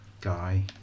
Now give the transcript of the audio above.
Guy